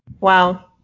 Wow